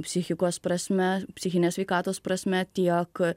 psichikos prasme psichinės sveikatos prasme tiek